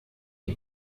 die